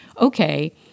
okay